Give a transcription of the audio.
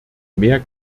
mehr